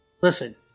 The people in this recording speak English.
listen